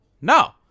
no